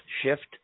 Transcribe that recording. shift